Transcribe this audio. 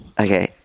okay